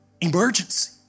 Emergency